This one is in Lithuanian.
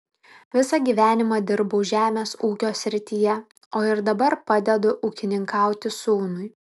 visą gyvenimą dirbau žemės ūkio srityje o ir dabar padedu ūkininkauti sūnui